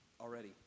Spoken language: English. already